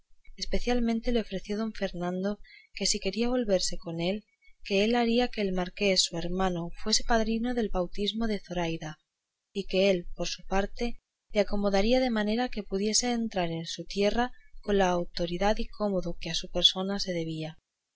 especialmente le ofreció don fernando que si quería volverse con él que él haría que el marqués su hermano fuese padrino del bautismo de zoraida y que él por su parte le acomodaría de manera que pudiese entrar en su tierra con el autoridad y cómodo que a su persona se debía